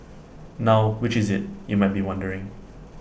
now which is IT you might be wondering